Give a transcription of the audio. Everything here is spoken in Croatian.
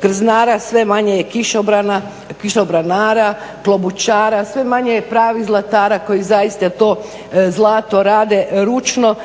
krznara, sve manje je kišobranara, klobučara, sve manje je pravih zlatara koji zaista to zlato rade ručno.